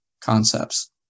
concepts